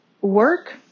work